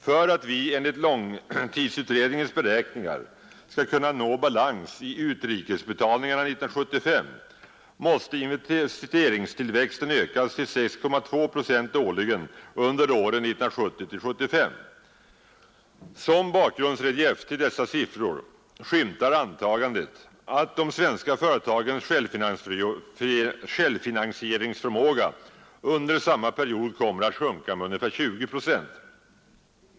För att vi enligt långtidsutredningens beräkningar skall kunna nå balans i utrikesbetalningarna 1975 måste investeringstillväxten ökas till 6,2 procent årligen under åren 1970-1975. Som bakgrundsrelief till dessa siffror skymtar antagandet att de svenska företagens självfinansieringsförmåga under samma period kommer att sjunka med ungefär 20 procent.